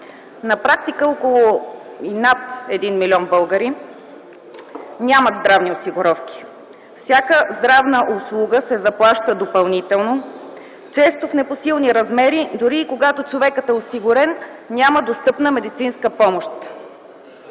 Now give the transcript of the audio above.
На практика над 1 млн. българи нямат здравни осигуровки. Всяка здравна услуга се заплаща допълнително, често в непосилни размери. Дори и когато човекът е осигурен, няма достъпна медицинска помощ.